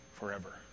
Forever